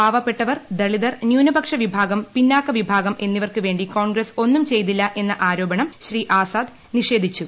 പാവപ്പെട്ടവർ ദളിതർ ന്യൂന്നപ്ക്ഷവിഭാഗം പിന്നാക്കവിഭാഗം എന്നിവർക്ക് വേ ി ക്ടോൺഗ്രസ് ഒന്നും ചെയ്തില്ല എന്ന ആരോപണം ശ്രീ ആസാദ് നിഷേധിച്ചു